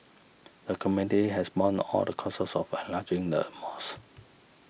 the community has borne all the costs of enlarging the mosque